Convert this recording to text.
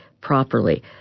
properly